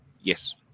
Yes